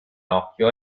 occhio